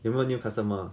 有没有 new customer